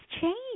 change